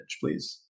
please